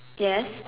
yes